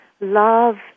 love